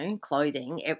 clothing